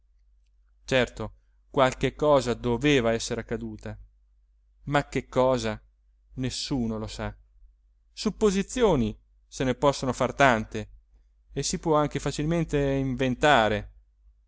certo qualche cosa doveva essere accaduta ma che cosa nessuno lo sa supposizioni se ne possono far tante e si può anche facilmente inventare